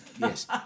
Yes